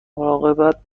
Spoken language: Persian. مراقب